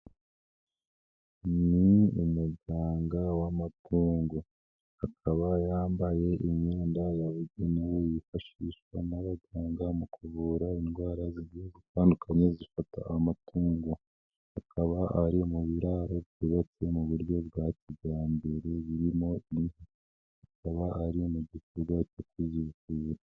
Ni umuganga w'amatongo, akaba yambaye imyenda yabugenewe yifashishwa n'abaganga mu kuvura indwara zigiye zitandukanye zifata amatungo, akaba ari mu biraro byubatse mu buryo bwa kijyambere birimo inka, akaba ari mu gikorwa cyo kuzivura.